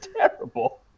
terrible